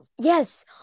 Yes